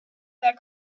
that